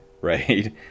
right